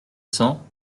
cents